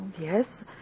Yes